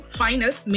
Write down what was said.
finals